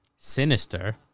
sinister